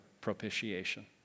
propitiation